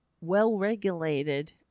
well-regulated